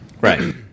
Right